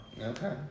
Okay